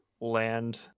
land